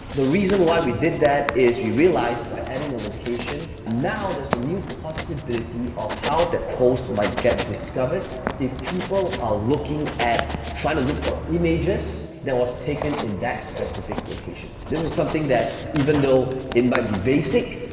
the reason why we did that is you realize by adding a location, now there's a new possibility of how that post might get discovered if people ah are trying to look for images that was taken in that specific location. this was something that even though it might be basic,